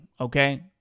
okay